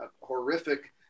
horrific